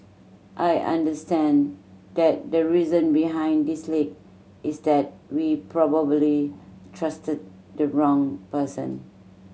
I understand that the reason behind this leak is that we probably trusted the wrong person